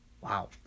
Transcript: Wow